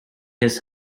his